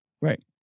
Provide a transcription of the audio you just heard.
Right